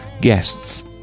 guests